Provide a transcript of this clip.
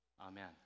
Amen